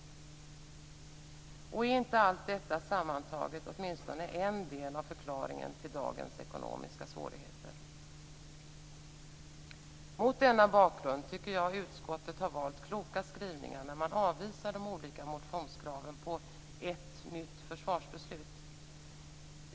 Är inte allt detta sammantaget åtminstone en del av förklaringen till dagens ekonomiska svårigheter? Mot denna bakgrund tycker jag att utskottet har valt kloka skrivningar när man avvisar de olika motionskraven på ett nytt försvarsbeslut.